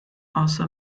also